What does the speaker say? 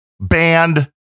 banned